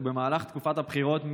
ובמהלך תקופת הבחירות,